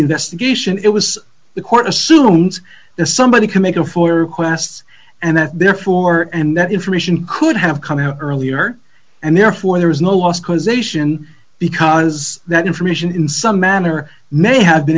investigation it was the court assumes the somebody can make a fuller requests and that therefore and that information could have come out earlier and therefore there is no loss causation because that information in some manner may have been